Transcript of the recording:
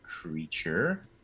creature